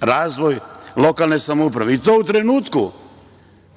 razvoja lokalne samouprave i to u trenutku